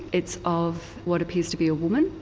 it's of what appears to be a woman,